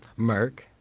merk?